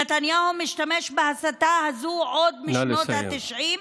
נתניהו משתמש בהסתה הזאת עוד משנות התשעים,